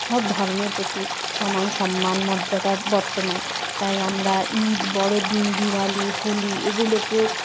সব ধর্মের প্রতি সমান সম্মান মর্যাদা বর্তমান তাই আমরা ঈদ বড়দিন দিওয়ালি হোলি এগুলোকেও